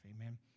amen